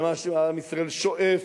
למה שעם ישראל שואף,